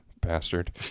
Bastard